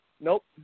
Nope